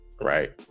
right